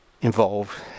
involved